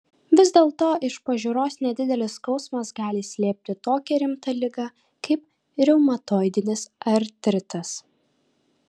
vis dėlto iš pažiūros nedidelis skausmas gali slėpti tokią rimtą ligą kaip reumatoidinis artritas